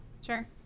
Sure